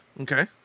Okay